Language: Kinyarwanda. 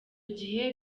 gihe